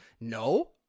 no